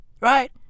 right